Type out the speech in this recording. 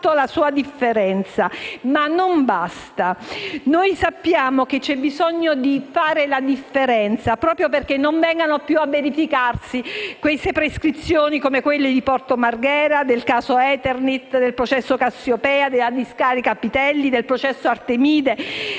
la sua differenza, ma non basta. Sappiamo che c'è bisogno di fare la differenza affinché non si verifichino più prescrizioni come quelle di Porto Marghera, del caso Eternit, del processo Cassiopea, della discarica di Pitelli, del processo Artemide